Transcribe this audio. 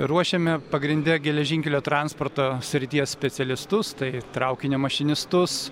ruošiame pagrinde geležinkelio transporto srities specialistus tai traukinio mašinistus